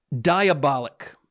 diabolic